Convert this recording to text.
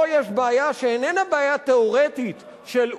פה יש בעיה שאיננה בעיה תיאורטית של "אולי",